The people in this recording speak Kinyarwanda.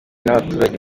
n’abaturage